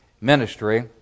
ministry